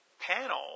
panel